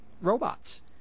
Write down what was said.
robots